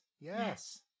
Yes